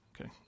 Okay